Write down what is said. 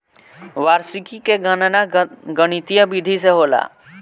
वार्षिकी के गणना गणितीय विधि से होला